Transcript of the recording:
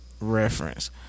reference